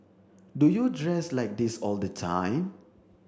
do you dress like this all the time